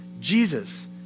Jesus